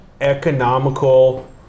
economical